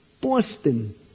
Boston